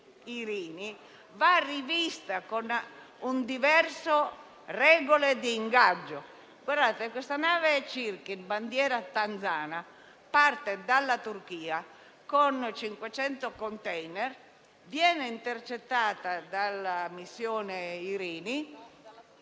va rivista con diverse regole di ingaggio. Questa nave Cirkin, battente bandiera tanzana, parte dalla Turchia con 500 *container*, viene intercettata dalla missione Irini...